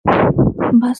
bus